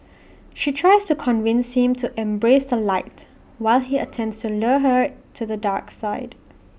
she tries to convince him to embrace the light while he attempts to lure her to the dark side